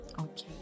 okay